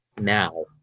now